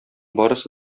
барысы